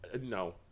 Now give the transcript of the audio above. No